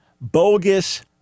bogus